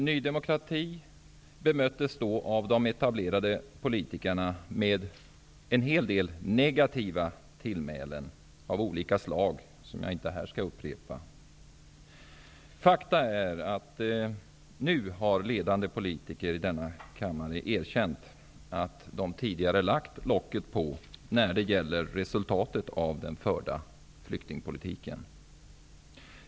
Ny demokrati bemöttes då av de etablerade politikerna med en hel del negativa tillmälen av olika slag, som jag inte skall upprepa här. Faktum är att ledande politiker i denna kammare nu har erkänt att de tidigare har lagt locket på när det gäller resultatet av den förda flyktingpolitiken.